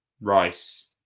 rice